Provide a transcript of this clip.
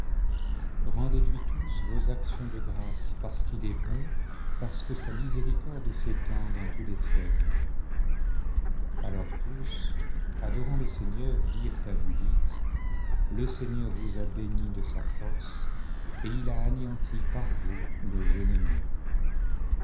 rendez-lui tous vos actions de grâces parce qu'il est bon pgjce que sa miséricorde s'étend dans tous les siècles alors tous adorant le seigneur dirent à judith le seigneur vous a bénie de sa force et il a anéanti par vous nos ennemis